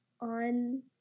on